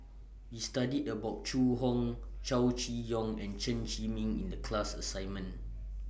We studied about Zhu Hong Chow Chee Yong and Chen Zhiming in The class assignment